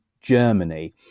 Germany